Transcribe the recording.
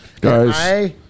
Guys